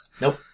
Nope